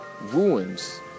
ruins